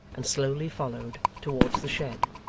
and slowly followed, towards the shed.